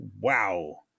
wow